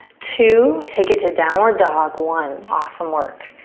two, take it to downward dog, one. awesome work.